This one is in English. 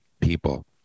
people